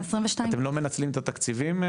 22. אתם לא מנצלים את התקצבים?